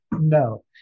No